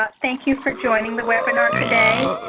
ah thank you for joining the webinar today.